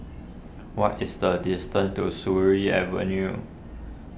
what is the distance to Surin Avenue